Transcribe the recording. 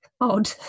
odd